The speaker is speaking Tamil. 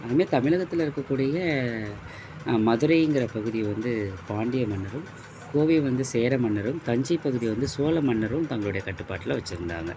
அது மாரி தமிழகத்துல இருக்கக்கூடிய மதுரைங்கிறப் பகுதியை வந்து பாண்டிய மன்னரும் கோவையை வந்து சேர மன்னரும் தஞ்சைப் பகுதியை வந்து சோழ மன்னரும் தங்களுடைய கட்டுப்பாட்டில வச்சுருந்தாங்க